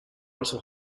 also